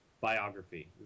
biography